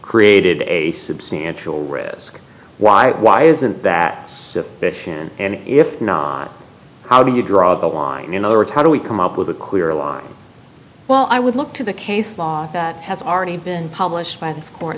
created a substantial risk why why isn't that and if not how do you draw the line in other words how do we come up with a clear line well i would look to the case law that has already been published by the sc